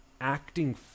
acting